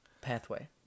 pathway